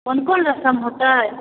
कोन कोन रसम होतै